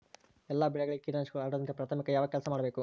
ಎಲ್ಲ ಬೆಳೆಗಳಿಗೆ ಕೇಟನಾಶಕಗಳು ಹರಡದಂತೆ ಪ್ರಾಥಮಿಕ ಯಾವ ಕೆಲಸ ಮಾಡಬೇಕು?